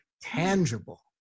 tangible